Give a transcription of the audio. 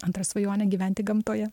antra svajonė gyventi gamtoje